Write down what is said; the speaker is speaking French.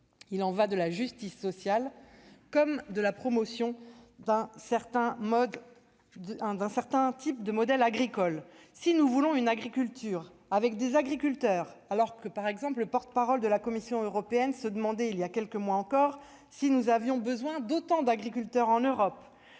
Il y va de la justice sociale comme de la promotion d'un certain type de modèle agricole. Si nous voulons une agriculture avec des agriculteurs- je rappelle que le porte-parole de la Commission européenne se demandait il y a quelques mois encore, si nous avions besoin d'autant d'agriculteurs en Europe